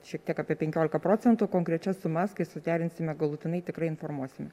šiek tiek apie penkiolika procentų konkrečias sumas kai suderinsime galutinai tikrai informuosime